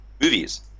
movies